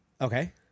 Okay